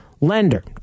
lender